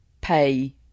pay